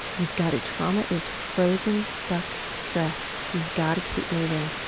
you've got to trauma is frozen, stuck stress. you've got to keep moving.